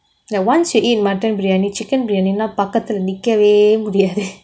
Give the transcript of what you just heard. like once you eat mutton briyani chicken briyani லாம் பக்கத்துல நீக்கவே முடியாது:laam pakkathulae neekavae mudiyaathu